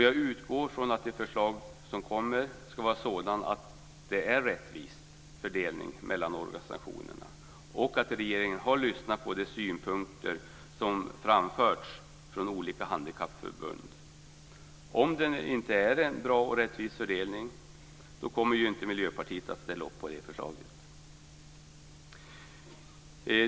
Jag utgår från att det förslag som kommer ska vara sådant att det är en rättvis fördelning mellan organisationerna och att regeringen har lyssnat på de synpunkter som har framförts från olika handikappförbund. Om det inte är en bra och rättvis fördelning kommer inte Miljöpartiet att ställa upp på förslaget.